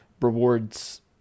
rewards